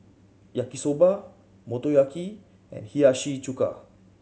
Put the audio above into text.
Yaki Soba Motoyaki and Hiyashi Chuka